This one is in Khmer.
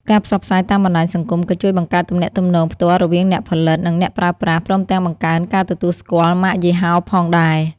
ការផ្សព្វផ្សាយតាមបណ្ដាញសង្គមក៏ជួយបង្កើតទំនាក់ទំនងផ្ទាល់រវាងអ្នកផលិត និងអ្នកប្រើប្រាស់ ព្រមទាំងបង្កើនការទទួលស្គាល់ម៉ាកយីហោផងដែរ។